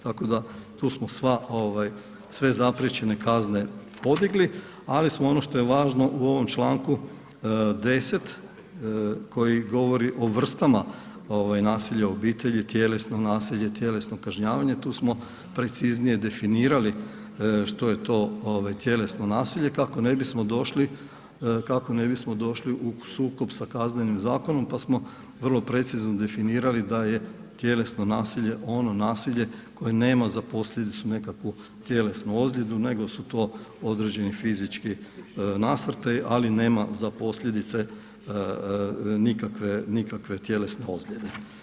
Tako da smo tu sve zapriječene kazne podigli, ali smo ono što je važno u ovom članku 10. koji govori o vrstama nasilja u obitelji, tjelesno nasilje, tjelesno kažnjavanje tu smo preciznije definirali što je to tjelesno nasilje kako ne bismo došli u sukob sa Kaznenim zakonom pa smo vrlo precizno definirali da je tjelesno nasilje ono nasilje koje nama za posljedicu nekakvu tjelesnu ozljedu nego su to određeni fizički nasrtaji, ali nema za posljedice nikakve tjelesne ozljede.